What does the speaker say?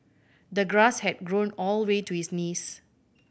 the grass had grown all the way to his knees